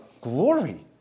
glory